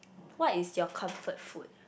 what is your comfort food